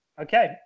okay